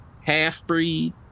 half-breed